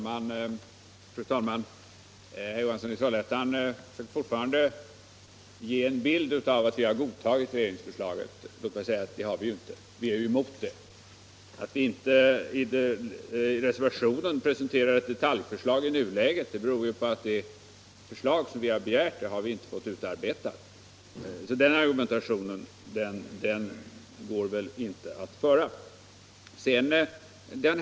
Fru talman! Herr Johansson i Trollhättan vill fortfarande ge det intrycket att vi har godtagit regeringsförslaget, men det har vi inte gjort. Vi är emot det. Att vi inte i reservationen presenterar ett detaljerat förslag beror på att vi inte fått det förslag vi begärt utarbetat.